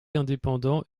indépendant